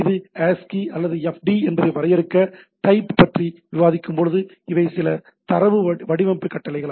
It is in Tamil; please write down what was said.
இது ASCII அல்லது FD என்பதை வரையறுக்க TYPE பற்றி விவாதிக்கும்போது இவை சில தரவு வடிவமைப்பு கட்டளைகள்